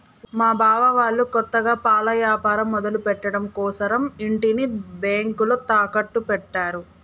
మా బావ వాళ్ళు కొత్తగా పాల యాపారం మొదలుపెట్టడం కోసరం ఇంటిని బ్యేంకులో తాకట్టు పెట్టారు